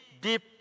deep